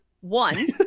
One